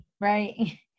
right